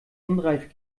unreif